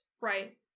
Right